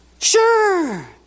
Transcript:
Sure